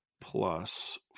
plus